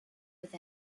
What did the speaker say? with